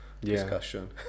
discussion